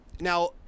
Now